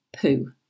poo